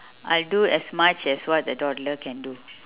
I'll do as much as what the toddler can do